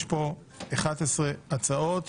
יש כאן 11 הצעות.